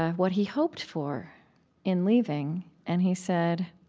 what he hoped for in leaving, and he said,